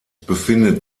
befindet